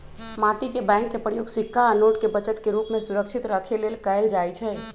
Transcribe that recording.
माटी के बैंक के प्रयोग सिक्का आ नोट के बचत के रूप में सुरक्षित रखे लेल कएल जाइ छइ